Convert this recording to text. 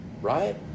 right